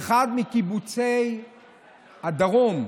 מאחד מקיבוצי הדרום,